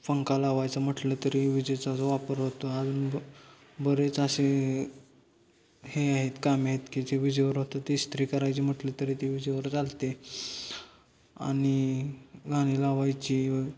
पंखा लावायचं म्हटलं तरी विजेचा जो वापर होतो अजून ब बरेच असे हे आहेत काम आहेत की जे विजेवर होतं ते इस्त्री करायची म्हटलं तरी ती विजेवर चालते आणि गाणी लावायची व